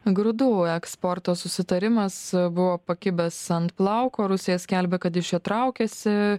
grūdų eksporto susitarimas buvo pakibęs ant plauko rusija skelbia kad iš jo traukiasi